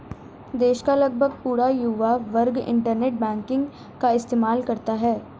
देश का लगभग पूरा युवा वर्ग इन्टरनेट बैंकिंग का इस्तेमाल करता है